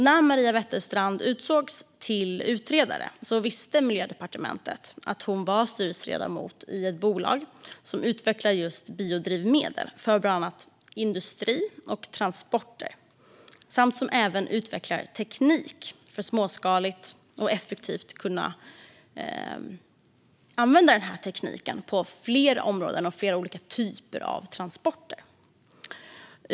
När Maria Wetterstrand utsågs till utredare visste Miljödepartementet att hon var styrelseledamot i ett bolag som utvecklar just biodrivmedel för bland annat industri och transporter. Det utvecklar även teknik för småskalig och effektiv användning av den här tekniken på fler områden och fler typer av transporter.